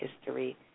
History